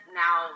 now